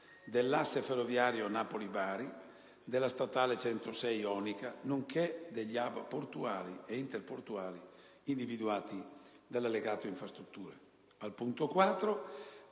dell'asse ferroviario Napoli-Bari, della statale 106 Ionica, nonché degli *hub* portuali ed interportuali individuati dall'allegato infrastrutture.